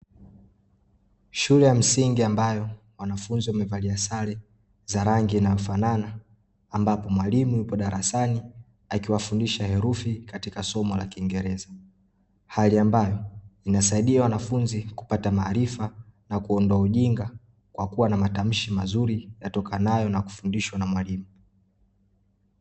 Shule ya msingi ambayo, wanafunzi wamevalia sare za rangi inayofanana; ambapo mwalimu yupo darasani akiwafundisha herufi, katika somo la kingereza. Hali ambayo, inasaidia wanafunzi kupata maarifa, na kuondoa ujinga, kwa kuwa na matamshi mazuri, yatokanayo na kufundishwa na mwalimu.